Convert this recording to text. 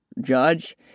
judge